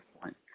point